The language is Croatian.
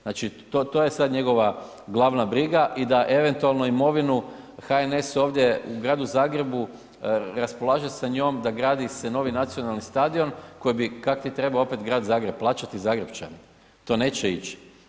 Znači, to je sad njegova glavna briga i da eventualno imovinu HNS ovdje u Gradu Zagrebu raspolaže sa njom, da gradi se novi nacionalni stadion koji bi kak ti trebao opet Grad Zagreb plaćati i Zagrepčani, to neće ići.